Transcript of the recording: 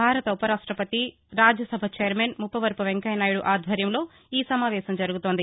భారత ఉపరాష్టపతి రాజ్యసభ చైర్మన్ ముప్పవరపు వెంకయ్యనాయుడు ఆధ్వర్యంలో ఈ సమావేశం జరుగుతోంది